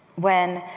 when,